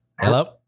Hello